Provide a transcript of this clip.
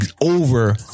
over